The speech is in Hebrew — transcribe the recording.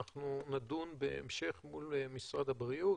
אנחנו נדון בהמשך מול משרד הבריאות.